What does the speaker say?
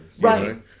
Right